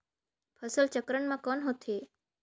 फसल चक्रण मा कौन होथे?